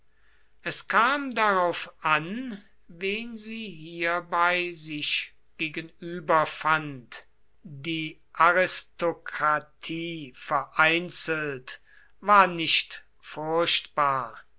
es kam darauf an wen sie hierbei sich gegenüber fand die aristokratie vereinzelt war nicht furchtbar